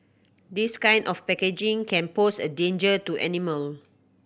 this kind of packaging can pose a danger to animal